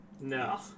No